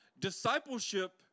Discipleship